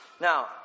Now